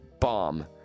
bomb